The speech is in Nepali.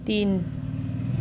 तिन